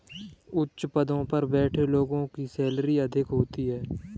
उच्च पदों पर बैठे लोगों की सैलरी अधिक होती है